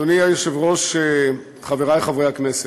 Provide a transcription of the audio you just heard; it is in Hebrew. אדוני היושב-ראש, חברי חברי הכנסת,